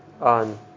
on